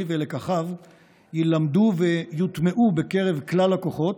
ולקחיו יילמדו ויוטמעו בקרב כלל הכוחות,